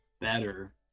better